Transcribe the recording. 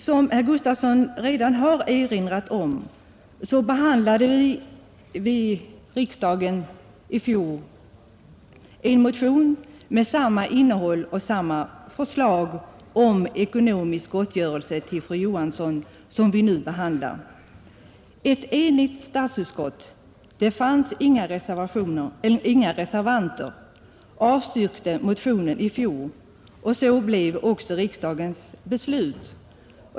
Som herr Gustavsson i Alvesta redan har erinrat om, behandlade vi i riksdagen i fjol en motion med samma innehåll och med samma förslag om ekonomisk gottgörelse till fru Elin Johansson som i den motion vi nu behandlar. Ett enigt statsutskott — det fanns inga reservanter — ansåg att motionen borde avslås, och så blev också riksdagens beslut.